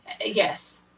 Yes